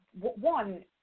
one